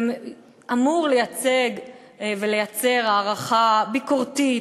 ואמור לייצג ולייצר הערכה ביקורתית,